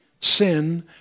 sin